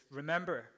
remember